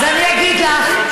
אז אני אגיד לך.